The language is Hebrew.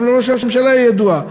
גם לראש הממשלה היא ידועה,